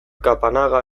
kapanaga